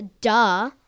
Duh